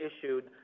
issued